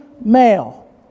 male